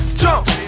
jump